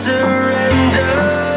Surrender